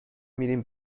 میریم